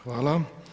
Hvala.